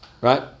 Right